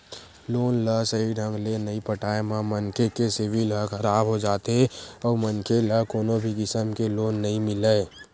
loan ल सहीं ढंग ले नइ पटाए म मनखे के सिविल ह खराब हो जाथे अउ मनखे ल कोनो भी किसम के लोन नइ मिलय